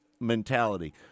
mentality